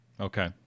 Okay